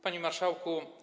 Panie Marszałku!